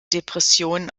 depression